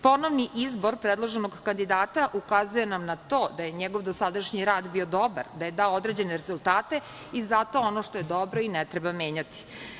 Ponovni izbor predloženog kandidata ukazuje nam na to da je njegov dosadašnji rad bio dobar, da je dao određene rezultate i zato ono što je dobro ne treba ni menjati.